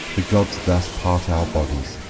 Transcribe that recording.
the gods thus part our bodies,